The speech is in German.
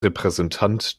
repräsentant